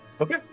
Okay